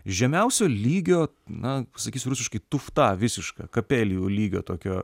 žemiausio lygio na sakysiu rusiškai tufta visiška kapelijų lygio tokio